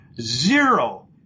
Zero